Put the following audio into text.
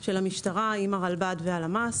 של המשטרה עם הרלב"ד והלמ"ס,